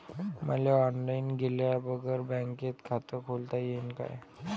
मले ऑनलाईन गेल्या बगर बँकेत खात खोलता येईन का?